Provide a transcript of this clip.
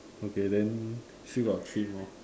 okay then still got three more